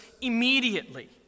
immediately